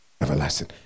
everlasting